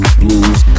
blues